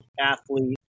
athlete